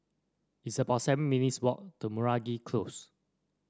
it's about seven minutes walk to Meragi Close